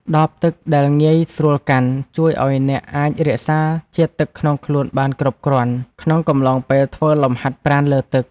ដបទឹកដែលងាយស្រួលកាន់ ជួយឱ្យអ្នកអាចរក្សាជាតិទឹកក្នុងខ្លួនបានគ្រប់គ្រាន់ ក្នុងកំឡុងពេលធ្វើលំហាត់ប្រាណលើទឹក។